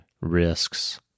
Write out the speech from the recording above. risks